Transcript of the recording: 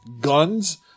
guns